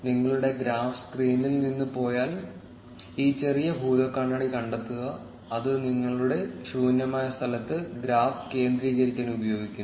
നിങ്ങളുടെ ഗ്രാഫ് സ്ക്രീനിൽ നിന്ന് പോയാൽ ഈ ചെറിയ ഭൂതക്കണ്ണാടി കണ്ടെത്തുക അത് നിങ്ങളുടെ ശൂന്യമായ സ്ഥലത്ത് ഗ്രാഫ് കേന്ദ്രീകരിക്കാൻ ഉപയോഗിക്കുന്നു